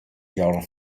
hier